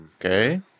Okay